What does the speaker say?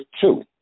two